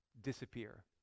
disappear